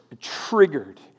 triggered